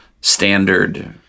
standard